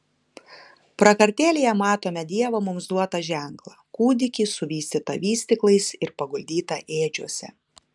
prakartėlėje matome dievo mums duotą ženklą kūdikį suvystytą vystyklais ir paguldytą ėdžiose